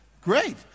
Great